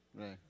Right